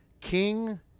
King